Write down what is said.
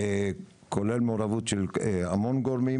כולל מעורבות של המון גורמים,